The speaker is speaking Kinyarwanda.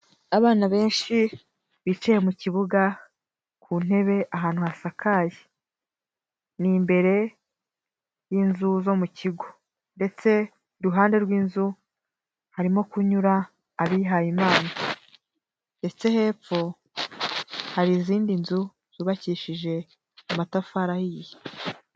Abana benshi bicaye mu kibuga ku ntebe ahantu hasakaye, ni imbere y'inzu zo mu kigo ndetse iruhande rw'inzu harimo kunyura abihaye Imana ndetse hepfo hari izindi nzu zubakishije amatafari ahiye.